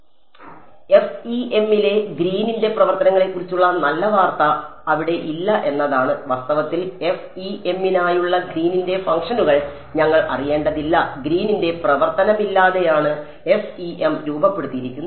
അതിനാൽ എഫ്ഇഎമ്മിലെ ഗ്രീനിന്റെ പ്രവർത്തനങ്ങളെക്കുറിച്ചുള്ള നല്ല വാർത്ത അവിടെ ഇല്ല എന്നതാണ് വാസ്തവത്തിൽ എഫ്ഇഎമ്മിനായുള്ള ഗ്രീനിന്റെ ഫംഗ്ഷനുകൾ ഞങ്ങൾ അറിയേണ്ടതില്ല ഗ്രീനിന്റെ പ്രവർത്തനമില്ലാതെയാണ് എഫ്ഇഎം രൂപപ്പെടുത്തിയിരിക്കുന്നത്